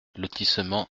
lotissement